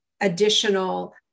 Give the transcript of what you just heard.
additional